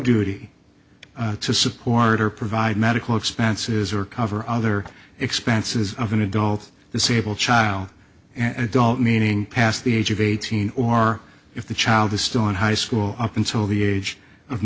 duty to support or provide medical expenses or cover other expenses of an adult the sable child an adult meaning past the age of eighteen or if the child is still in high school up until the age of